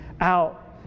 out